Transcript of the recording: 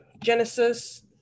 Genesis